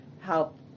help